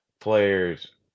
players